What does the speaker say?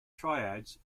triads